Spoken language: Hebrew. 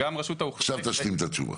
עכשיו תשלים את התשובה.